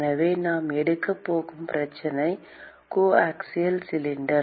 எனவே நாம் எடுக்கப் போகும் பிரச்சனை கோஆக்சியல் சிலிண்டர்